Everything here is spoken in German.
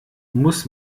muss